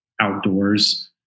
outdoors